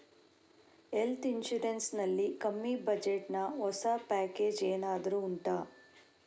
health insurance ನಲ್ಲಿ ಕಮ್ಮಿ budget ನ ಹೊಸ ಪ್ಯಾಕೇಜ್ ಏನಾದರೂ ಉಂಟಾ